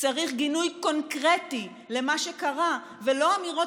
צריך גינוי קונקרטי למה שקרה ולא אמירות